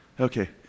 Okay